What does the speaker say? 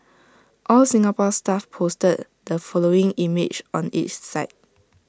All Singapore Stuff posted the following image on its site